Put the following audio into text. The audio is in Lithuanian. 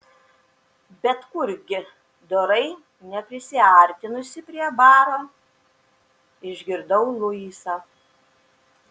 bet kurgi dorai neprisiartinusi prie baro išgirdau luisą